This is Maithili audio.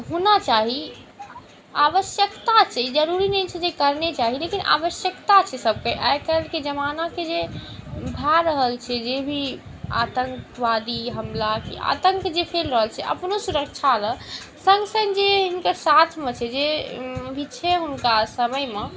होना चाही आवश्यकता छै जरुरी नहि छै जे करने चाही लेकिन आवश्यकता छै सभके आइ काल्हिके जमानाके जे भऽ रहल छै जे भी आतन्कवादी हमला आतन्क जे फैल रहल छै अपनो सुरक्षा लऽ सङ्ग सङ्ग जे हिनकर साथमे छै जे छै हुनका सङ्गेमे